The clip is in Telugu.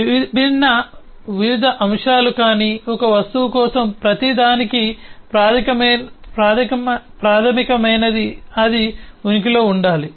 విభిన్న వివిధ అంశాలు కానీ ఒక వస్తువు కోసం ప్రతిదానికీ ప్రాథమికమైనది అది ఉనికిలో ఉండాలి